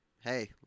hey